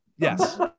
Yes